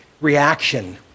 reaction